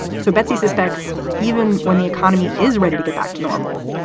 so betsy suspects even when the economy is ready to get back to normal,